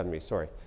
Sorry